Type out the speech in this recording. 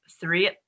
three